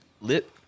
Lit